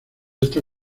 esta